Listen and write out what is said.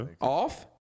Off